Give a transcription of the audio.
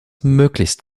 möglichst